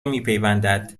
میپیوندد